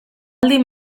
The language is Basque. lanaldi